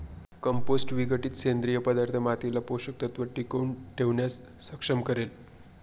compost विघटित सेंद्रिय पदार्थ मातीला पोषक तत्व टिकवून ठेवण्यास सक्षम करेल